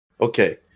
Okay